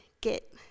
get